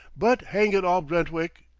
but hang it all, brentwick!